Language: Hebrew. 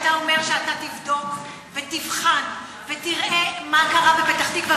אתה אומר שאתה תבדוק ותבחן ותראה מה קרה בפתח-תקווה,